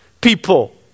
people